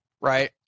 Right